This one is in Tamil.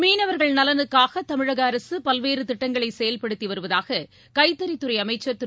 மீனவர்கள் நலனுக்காக தமிழக அரசு பல்வேறு திட்டங்களை செயல்படுத்தி வருவதாக கைத்தறித்துறை அமைச்சர் திரு